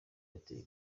ati